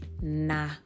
Nah